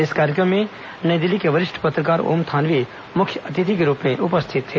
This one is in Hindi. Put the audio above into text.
इस कार्यक्रम में नई दिल्ली के वरिष्ठ पत्रकार ओम थानवी मुख्य अतिथि के रूप में उपस्थित थे